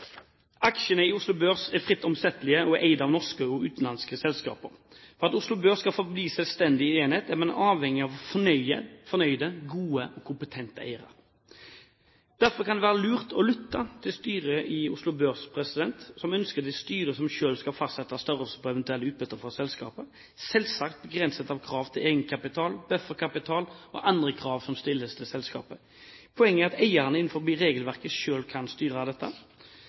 eid av norske og utenlandske selskaper. For at Oslo Børs skal forbli en selvstendig enhet, er man avhengig av å ha fornøyde, gode og kompetente eiere. Derfor kan det være lurt å lytte til styret i Oslo Børs, som ønsker at det er styret som selv skal fastsette størrelsen på eventuelle utbytter fra selskapet, selvsagt begrenset av krav til egenkapital, bufferkapital og andre krav som stilles til selskapet. Poenget er at eierne innenfor regelverket selv kan styre dette.